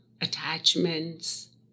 attachments